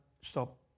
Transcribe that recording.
stop